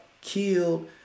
killed